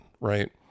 right